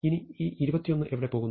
ഇനി ഈ 21 എവിടെ പോകുന്നു